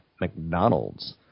McDonald's